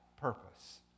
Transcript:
purpose